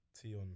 tion